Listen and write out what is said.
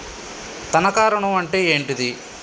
తనఖా ఋణం అంటే ఏంటిది?